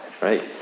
right